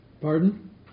Pardon